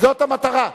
זאת המטרה.